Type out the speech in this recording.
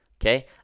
okay